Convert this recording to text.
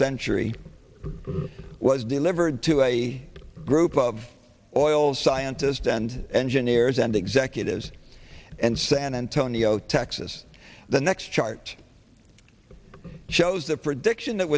century was delivered to a group of oil scientists and engineers and executives and san antonio texas the next chart shows the prediction that